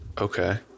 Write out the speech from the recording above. okay